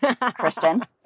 Kristen